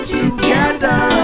together